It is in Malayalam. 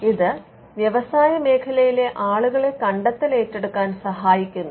ഇത് വ്യവസായമേഖലയിലെ ആളുകളെ കണ്ടെത്തൽ ഏറ്റെടുക്കാൻ സഹായിക്കുന്നു